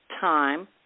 time